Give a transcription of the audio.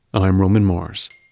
i'm roman mars